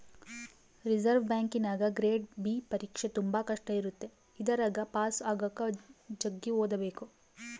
reserve ಬ್ಯಾಂಕಿನಗ grade B ಪರೀಕ್ಷೆ ತುಂಬಾ ಕಷ್ಟ ಇರುತ್ತೆ ಇದರಗ ಪಾಸು ಆಗಕ ಜಗ್ಗಿ ಓದಬೇಕು